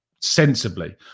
sensibly